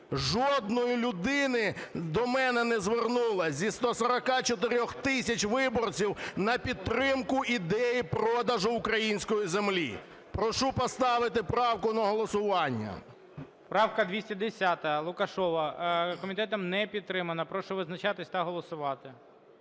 Жодної людини до мене не звернулося зі 144 тисяч виборців на підтримку ідеї продажу української землі. Прошу поставити правку на голосування. ГОЛОВУЮЧИЙ. Правка 210, Лукашева. Комітетом не підтримана. Прошу визначатися та голосувати.